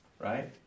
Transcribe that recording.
right